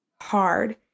hard